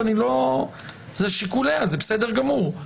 וזה בסדר גמור.